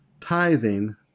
tithing